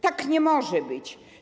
Tak nie może być.